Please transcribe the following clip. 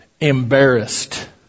embarrassed